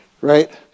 right